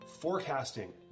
forecasting